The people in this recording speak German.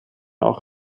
auch